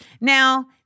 Now